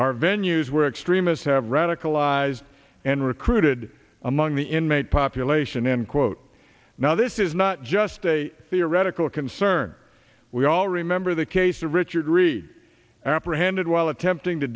are venue's where extremists have radicalized and recruited among the inmate population in quote now this is not just a theoretical concern we all remember the case of richard reid apprehended while attempting to